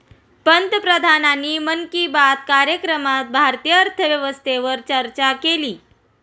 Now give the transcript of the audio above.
पंतप्रधानांनी मन की बात कार्यक्रमात भारतीय अर्थव्यवस्थेवर चर्चा केली